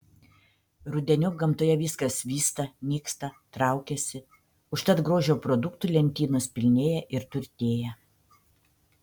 rudeniop gamtoje viskas vysta nyksta traukiasi užtat grožio produktų lentynos pilnėja ir turtėja